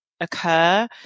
occur